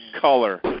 color